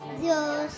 Dios